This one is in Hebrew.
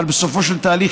אבל בסופו של תהליך,